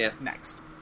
Next